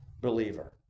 believer